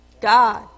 God